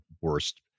worst